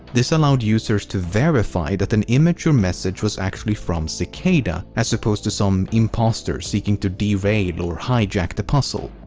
this allowed users to verify that an image or message was actually from cicada as opposed to some impostor seeking to derail or hijack the puzzle.